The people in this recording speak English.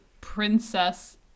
princess